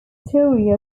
story